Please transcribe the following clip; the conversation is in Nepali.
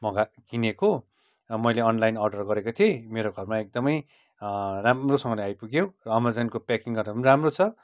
मगा किनेको मैले अन्लाइन अर्डर गरेको थिएँ मेरो घरमा एकदमै राम्रोसँगले आइपुग्यो एमाजोनको प्याकिङहरू पनि राम्रो छ